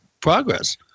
progress